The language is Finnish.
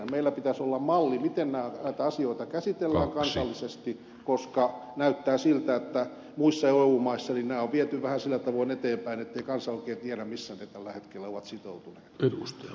meillä pitäisi olla malli miten näitä asioita käsitellään kansallisesti koska näyttää siltä että muissa eu maissa nämä on viety vähän sillä tavoin eteenpäin ettei kansa oikein tiedä mihin se tällä hetkellä on sitoutunut